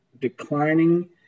declining